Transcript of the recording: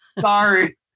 Sorry